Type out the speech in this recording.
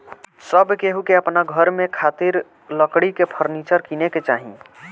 सब केहू के अपना घर में खातिर लकड़ी के फर्नीचर किने के चाही